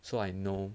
so I know